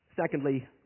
Secondly